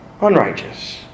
unrighteous